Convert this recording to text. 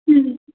ம்